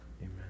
amen